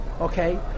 Okay